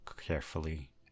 carefully